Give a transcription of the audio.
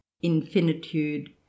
infinitude